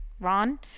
ron